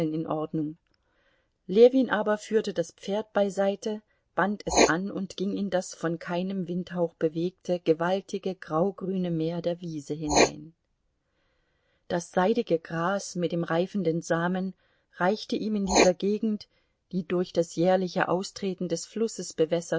in ordnung ljewin aber führte das pferd beiseite band es an und ging in das von keinem windhauch bewegte gewaltige graugrüne meer der wiese hinein das seidige gras mit dem reifenden samen reichte ihm in dieser gegend die durch das jährliche austreten des flusses bewässert